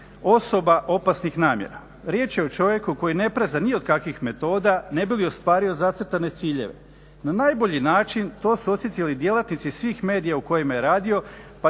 osoba opasnih namjera. Riječ je o čovjeku koji ne preza ni od kakvih metoda ne bi li ostvario zacrtane ciljeve. Na najbolji način to su osjetili djelatnici svih medija u kojima je radio